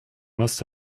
must